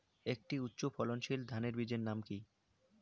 একটি উচ্চ ফলনশীল ধানের বীজের নাম কী?